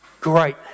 great